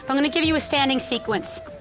i'm going to give you a standing sequence.